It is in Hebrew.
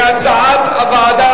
כהצעת הוועדה,